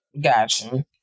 Gotcha